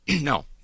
No